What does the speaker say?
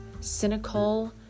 cynical